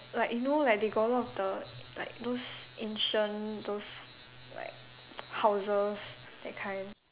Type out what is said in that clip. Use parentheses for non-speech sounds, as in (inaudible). like you know like they got a lot of the like those ancient those like (noise) houses that kind